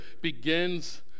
begins